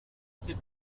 c’est